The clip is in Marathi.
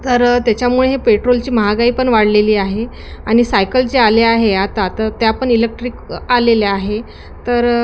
तर त्याच्यामुळे हे पेट्रोलची महागाई पण वाढलेली आहे आणि सायकल जे आले आहे आता तर त्या पण इलेक्ट्रिक आलेल्या आहे तर